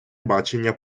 бачення